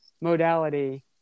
modality